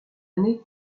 année